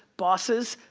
bosses,